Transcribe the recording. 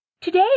Today